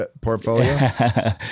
portfolio